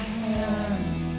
hands